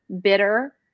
bitter